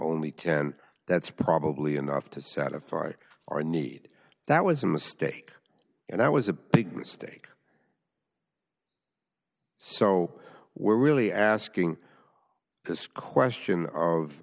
only ten that's probably enough to satisfy our need that was a mistake and i was a big mistake so we're really asking this question of